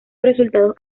resultados